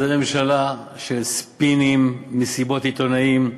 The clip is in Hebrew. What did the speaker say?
זה ממשלה של ספינים, מסיבות עיתונאים,